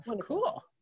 cool